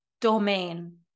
domain